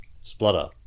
Splutter